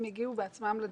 הם הגיעו בעצמם לדיון,